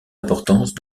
importance